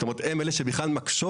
זאת אומרת, הן אלה שבכלל מקשות.